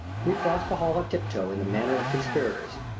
we crossed the hall on tiptoe in the manner of conspirators.